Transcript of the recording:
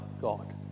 God